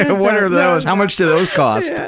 ah what are those? how much do those cost? yeah